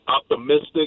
optimistic